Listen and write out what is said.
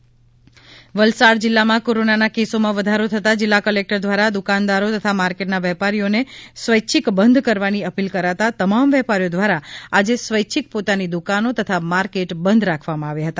વલસાડ બંધ વલસાડ જિલ્લામાં કોરોનાના કેસોમાં વધારો થતાં જિલ્લા કલેકટર દ્વારા દુકાનદારો તથા માર્કેટના વેપારીઓને સ્વૈચ્છિક બંધ કરવાની અપીલ કરાતા તમામ વેપારીઓ દ્વારા આજે સ્વૈચ્છિક પોતાની દુકાનો તથા માર્કેટ બંધ રાખવામાં આવ્યા હતા